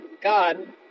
God